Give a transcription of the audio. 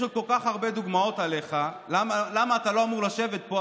יש עוד כל כך הרבה דוגמאות עליך למה אתה לא אמור לשבת פה,